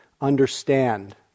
understand